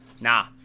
nah